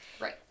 Right